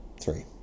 three